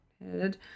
head